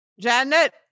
Janet